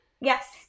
Yes